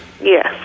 Yes